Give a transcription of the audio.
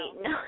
no